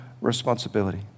responsibility